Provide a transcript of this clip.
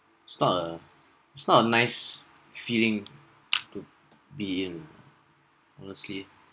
it's not a it's not a nice feeling to be in honestly